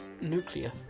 Nuclear